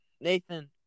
Nathan